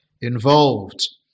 involved